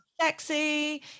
sexy